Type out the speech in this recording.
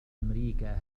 أمريكا